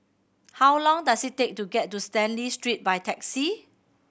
how long does it take to get to Stanley Street by taxi